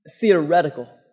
theoretical